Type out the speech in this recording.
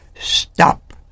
Stop